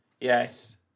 Yes